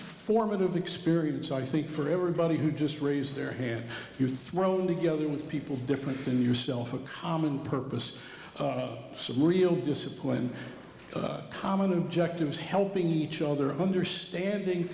formative experience i think for everybody who just raised their hand you throw together with people different than yourself a common purpose some real discipline common objectives helping each other understanding